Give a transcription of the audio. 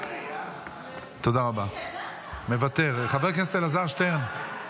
תודה רבה, מוותר, חבר הכנסת אלעזר שטרן.